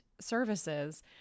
services